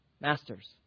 masters